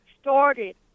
started